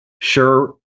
sure